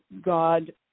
God